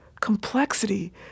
complexity